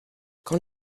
quand